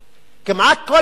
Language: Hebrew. כמעט כל הכסף.